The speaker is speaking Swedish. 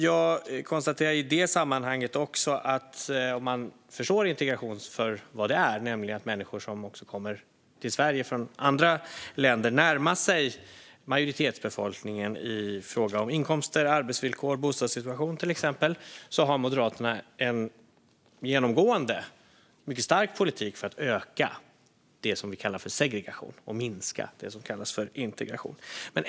Jag konstaterar i det sammanhanget också att om man förstår integration för vad det är, nämligen att människor som kommer till Sverige från andra länder närmar sig majoritetsbefolkningen i fråga om till exempel inkomster, arbetsvillkor och bostadssituation, ser man att Moderaterna genomgående har en mycket stark politik för att öka det som vi kallar för segregation och minska det som vi kallar för integration.